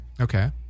okay